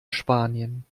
spanien